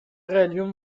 قلیون